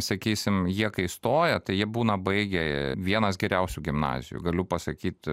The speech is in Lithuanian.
sakysim jie kai stoja tai jie būna baigę vienas geriausių gimnazijų galiu pasakyt